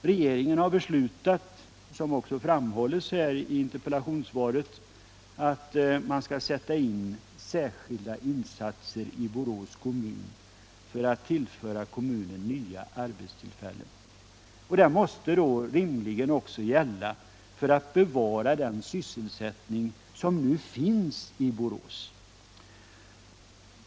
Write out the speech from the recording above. Regeringen har beslutat, som också framhållits i interpellationssvaret, att man skall göra särskilda insatser i Borås kommun för att tillföra kommunen nya arbetstillfällen. Det måste då rimligen också vara ett mål att bevara den sysselsättning som redan finns i Borås.